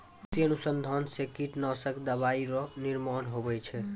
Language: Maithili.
कृषि अनुसंधान से कीटनाशक दवाइ रो निर्माण हुवै छै